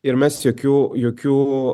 ir mes jokių jokių